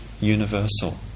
universal